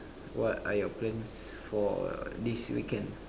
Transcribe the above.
what are your plans for this weekend